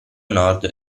nord